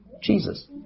Jesus